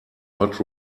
not